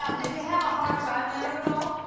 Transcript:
ah did you have a hard time there at all?